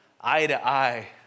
eye-to-eye